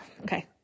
okay